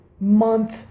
month